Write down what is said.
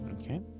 Okay